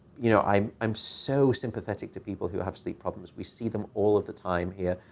you know, i'm i'm so sympathetic to people who have sleep problems. we see them all of the time here.